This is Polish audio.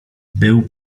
był